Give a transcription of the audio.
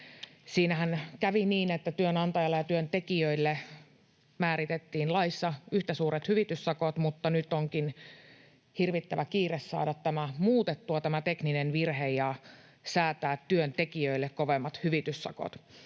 Siinähän kävi niin, että työnantajille ja työntekijöille määritettiin laissa yhtä suuret hyvityssakot, mutta nyt onkin hirvittävä kiire saada muutettua tämä tekninen virhe ja säätää työntekijöille kovemmat hyvityssakot.